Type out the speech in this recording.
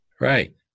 Right